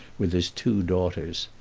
with his two daughters.